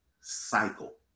cycle